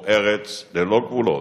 או ארץ ללא גבולות,